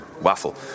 waffle